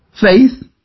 faith